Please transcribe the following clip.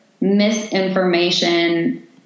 misinformation